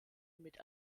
mit